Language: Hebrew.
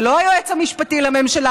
ולא היועץ המשפטי לממשלה,